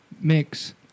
mix